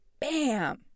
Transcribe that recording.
bam